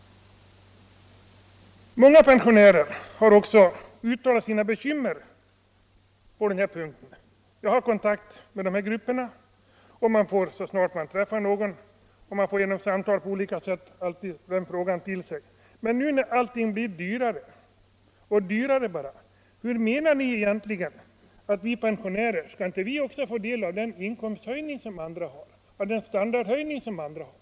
Många pensionärer har uttalat sina bekymmer. Jag har kontakt med dessa grupper, och så fort man träffar någon pensionär ställs frågan: Nu när allting blir dyrare och dyrare, skall inte också vi pensionärer få del av den inkomsthöjning och standardhöjning som andra får?